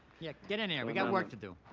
yeah, get it here, we got work to do.